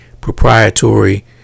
proprietary